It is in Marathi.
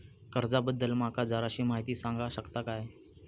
कर्जा बद्दल माका जराशी माहिती सांगा शकता काय?